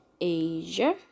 asia